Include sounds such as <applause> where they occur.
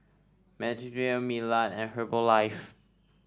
<unintelligible> Milan and Herbalife